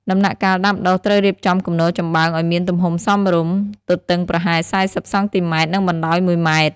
ដំណាក់កាលដាំដុះ ត្រូវរៀបចំគំនរចំបើងឲ្យមានទំហំសមរម្យ (ទទឹងប្រហែល ៤០ សង់ទីម៉ែត្រ និងបណ្ដោយ ១ ម៉ែត្រ)។